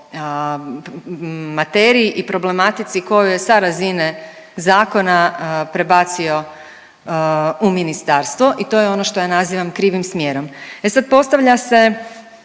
materiji i problematici koju je sa razine zakona prebacio u ministarstvo i to je ono što ja nazivam krivim smjerom. E sad postavlja se